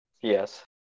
Yes